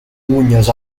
unhas